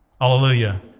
Hallelujah